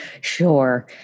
Sure